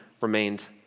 remained